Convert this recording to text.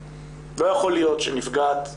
לא יכול להיות שנפגעת באשדוד,